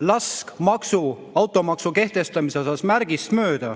lask automaksu kehtestamise kujul läheb märgist mööda,